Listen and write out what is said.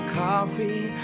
coffee